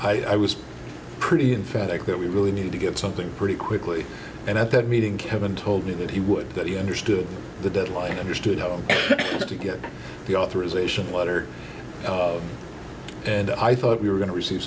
i was pretty in fact that we really need to get something pretty quickly and at that meeting kevin told me that he would that he understood the deadline understood how to get the authorization letter and i thought we were going to receive